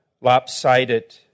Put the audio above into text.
lopsided